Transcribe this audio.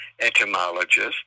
etymologist